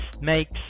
makes